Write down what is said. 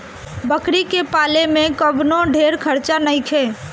बकरी के पाले में कवनो ढेर खर्चा नईखे